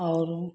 और